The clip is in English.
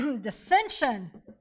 dissension